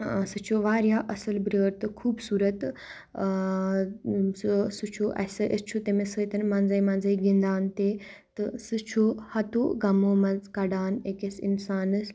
سُہ چھُ واریاہ اَصٕل بیٲر تہٕ خوٗبصوٗرت تہٕ سُہ سُہ چھُ اَسہِ أسۍ چھُ تٔمِس سۭتۍ منٛزَے منٛزَے گِنٛدان تہِ تہٕ سُہ چھُ ہَتو غمو منٛز کَڑان أکِس اِنسانَس